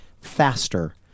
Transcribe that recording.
faster